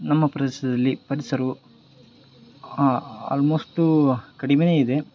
ನಮ್ಮ ಪ್ರದೇಶದಲ್ಲಿ ಪರಿಸರವು ಆಲ್ಮೋಶ್ಟೂ ಕಡಿಮೆ ಇದೆ